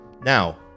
Now